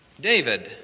David